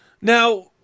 Now